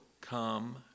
come